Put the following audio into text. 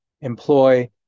employ